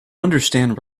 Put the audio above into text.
understand